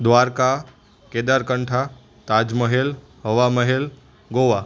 Dwarka Kedarkantha Taj Mahal Hawa Mahal Goa